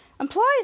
employees